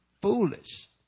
Foolish